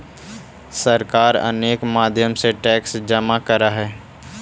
सरकार अनेक माध्यम से टैक्स जमा करऽ हई